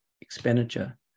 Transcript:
expenditure